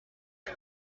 you